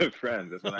friends